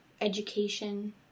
education